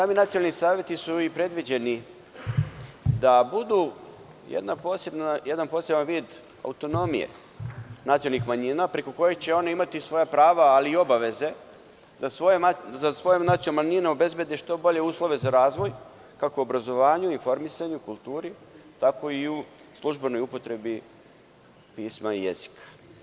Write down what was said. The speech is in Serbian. Sami nacionalni saveti su i predviđeni da budu jedan poseban vid autonomije nacionalnih manjina, preko kojih će oni imati svoja prava ali i obaveze da za svoje nacionalne manjine obezbede što bolje uslove za razvoj kako u obrazovanju, informisanju, kulturi, tako i u službenoj upotrebi pisma i jezika.